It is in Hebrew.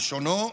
כלשונו,